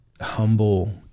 humble